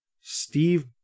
Steve